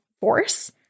force –